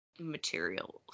materials